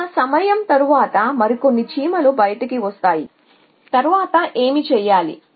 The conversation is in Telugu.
కొంత సమయం తరువాత మరికొన్ని చీమలు బయటకు వస్తాయి తరువాత ఏమి చేయాలి